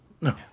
No